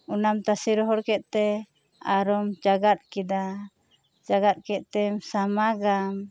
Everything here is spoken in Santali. ᱚᱱᱟᱢ ᱛᱟᱥᱮ ᱨᱚᱦᱚᱲ ᱠᱮᱫ ᱛᱮ ᱟᱨᱚᱢ ᱪᱟᱜᱟᱜ ᱠᱮᱫᱟ ᱪᱟᱜᱟᱜ ᱠᱮᱫ ᱛᱮᱢ ᱥᱟᱢᱟᱜᱟᱢ